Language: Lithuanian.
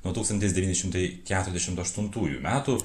nuo tūkstantis devyni šimtai keturiasdešim aštuntųjų metų